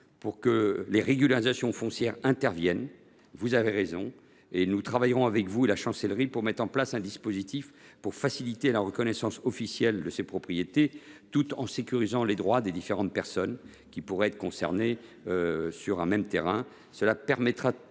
pour que les régularisations foncières interviennent, vous avez raison. Nous travaillerons avec vous et la Chancellerie pour mettre en place un dispositif facilitant la reconnaissance officielle des propriétés, tout en sécurisant les droits des différentes personnes qui pourraient être concernées par un même terrain. Nous